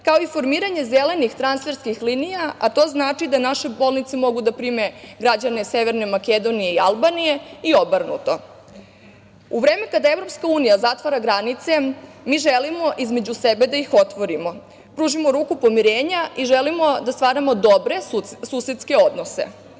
kao i formiranje zelenih transferskih linija, a to znači da naše bolnice mogu da prime građane Severne Makedonije i Albanije i obrnuto.U vreme kada EU zatvara granice mi želimo između sebe da ih otvorimo, pružimo ruku pomirenja i želimo da stvaramo dobre susedske odnose.